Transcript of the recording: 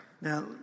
Now